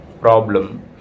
problem